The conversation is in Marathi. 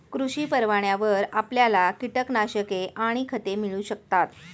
कृषी परवान्यावर आपल्याला कीटकनाशके आणि खते मिळू शकतात